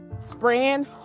spraying